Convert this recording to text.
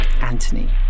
Anthony